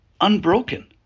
unbroken